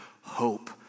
hope